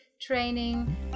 training